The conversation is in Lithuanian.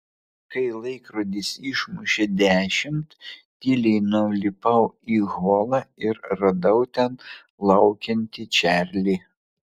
kai laikrodis išmušė dešimt tyliai nulipau į holą ir radau ten laukiantį čarlį